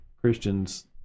christians